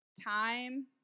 time